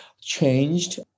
changed